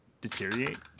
deteriorate